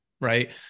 Right